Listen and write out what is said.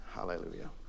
Hallelujah